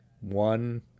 one